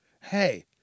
Hey